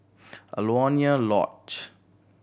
Alaunia Lodge